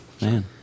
Man